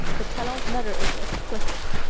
but talon's letter is explicit.